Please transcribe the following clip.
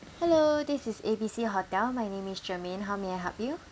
hello this is A B C hotel my name is germaine how may I help you